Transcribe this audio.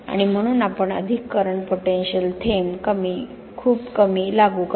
आणि म्हणून आपण अधिक करन्ट पोटेन्शियल थेंब खूप कमी लागू करा